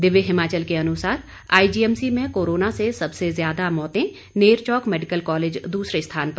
दिव्य हिमाचल के अनुसार आईजीएमसी में कोरोना से सबसे ज्यादा मौतें नेरचौक मेडिकल कॉलेज दूसरे स्थान पर